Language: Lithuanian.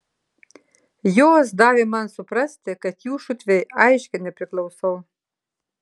jos davė man suprasti kad jų šutvei aiškiai nepriklausau